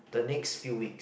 the next few weeks